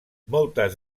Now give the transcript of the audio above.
moltes